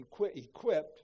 equipped